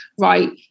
right